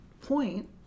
point